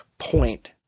point